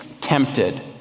tempted